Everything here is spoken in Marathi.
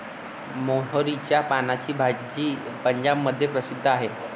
मोहरीच्या पानाची भाजी पंजाबमध्ये प्रसिद्ध आहे